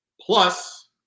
plus